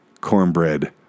cornbread